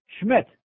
Schmidt